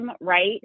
right